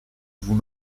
vous